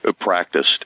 practiced